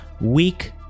week